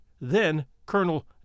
then-Colonel